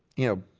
you know,